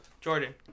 Jordan